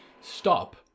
Stop